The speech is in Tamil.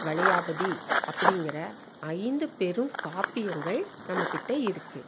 வளையாபதி அப்படிங்கிற ஐந்து பெருங்காப்பியங்கள் நம்மக்கிட்டே இருக்குது